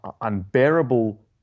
unbearable